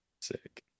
Sick